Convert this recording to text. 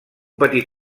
petit